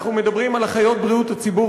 אנחנו מדברים על אחיות בריאות הציבור,